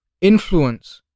influence